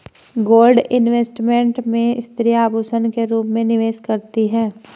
gold investment में स्त्रियां आभूषण के रूप में निवेश करती हैं